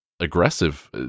aggressive